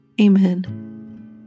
Amen